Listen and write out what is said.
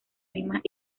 mismas